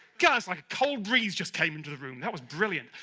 god, it's like a cold breeze just came into the room that was brilliant.